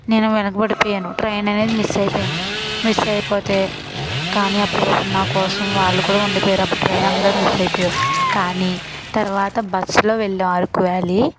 నేను వెనకబడిపోయాను ట్రైన్ అనేది మిస్ అయిపోయింది మిస్ అయిపోతే కానీ అప్పుడు నా కోసం వాళ్లు కూడా ఉండిపోయారు అప్పుడు ట్రైన్ అందరూ మిస్ అయిపోయాం కానీ తర్వాత బస్సులో వెళ్ళాం అరకు వ్యాలీ